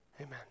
Amen